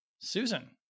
Susan